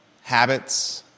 habits